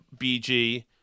BG